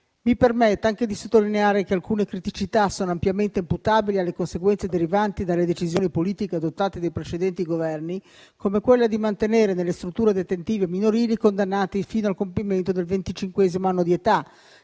Mi permetta anche di sottolineare che alcune criticità sono ampiamente imputabili alle conseguenze derivanti dalle decisioni politiche adottate dai precedenti Governi, come quella di mantenere nelle strutture detentive minorili i condannati fino al compimento del venticinquesimo anno di età,